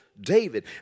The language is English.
David